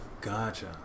Gotcha